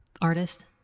artist